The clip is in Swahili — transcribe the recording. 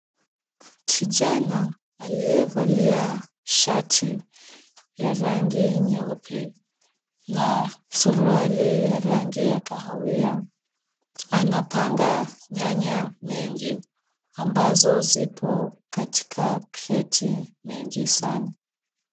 Kijana aliyevalia shati ya rangi nyeupe na suruali ya rangi ya kahawia anapanga nyanya nyingi ambazo zipo katika kreti nyingi sana.